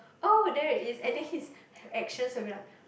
oh there is and then his actions will be like